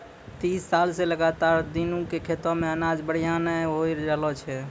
तीस साल स लगातार दीनू के खेतो मॅ अनाज बढ़िया स नय होय रहॅलो छै